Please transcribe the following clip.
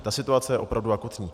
Ta situace je opravdu akutní.